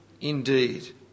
indeed